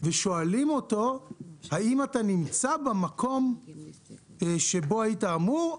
שבו שואלים אותו אם הוא נמצא במקום שבו הוא היה אמור להיות,